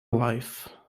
life